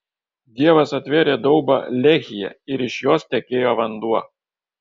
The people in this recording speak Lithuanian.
dievas atvėrė daubą lehyje ir iš jos tekėjo vanduo